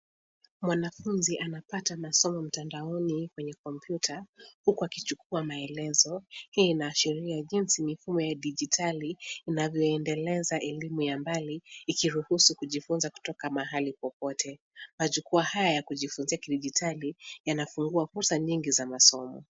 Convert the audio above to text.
Mwanafunzi anapata masomo mtandaoni kwenye kompyuta huku akichukua maelezo hii inaashiria jinsi mifumo ya dijitali inavyoendeleza elimu ya mbali ikiruhusu kujifunza kutoka mahali popote. Majukwaa haya ya kujifunzia kidijitali yanafungua fursa nyingi za masomo.